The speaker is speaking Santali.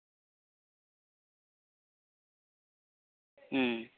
ᱦᱩᱸ